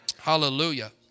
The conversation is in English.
Hallelujah